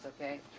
okay